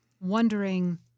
wondering